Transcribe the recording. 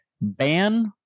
Ban